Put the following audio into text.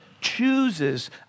chooses